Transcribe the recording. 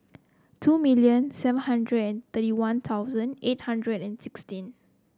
two million seven hundred and thirty One Thousand eight hundred and sixteen